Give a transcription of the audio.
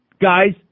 Guys